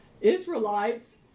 Israelites